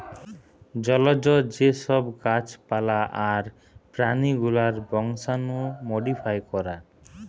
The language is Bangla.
জলজ যে সব গাছ পালা আর প্রাণী গুলার বংশাণু মোডিফাই করা